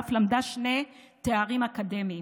ואף למדה שני תארים אקדמיים.